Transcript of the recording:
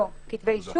לא, כתבי אישום.